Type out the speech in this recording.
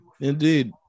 Indeed